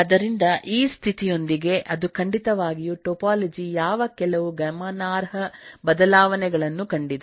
ಆದ್ದರಿಂದ ಆ ಸ್ಥಿತಿಯೊಂದಿಗೆ ಅದು ಖಂಡಿತವಾಗಿಯೂ ಟೊಪಾಲಜಿ ಯಾವ ಕೆಲವು ಗಮನಾರ್ಹ ಬದಲಾವಣೆಗಳನ್ನು ಕಂಡಿದೆ